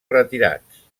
retirats